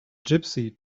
gypsy